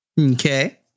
Okay